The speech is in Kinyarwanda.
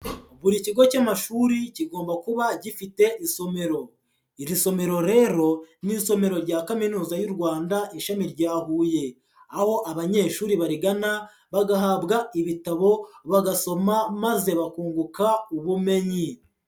Buri kigo cy'amashuri kigomba kuba gifite isomero, iri somero rero ni isomero rya Kaminuza y'u Rwanda Ishami rya Huye, aho abanyeshuri barigana, bagahabwa ibitabo bagasoma maze bakunguka ubumenyi.